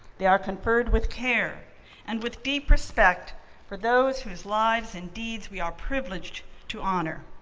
they are conferred with care and with deep respect for those whose lives and deeds we are privileged to honor.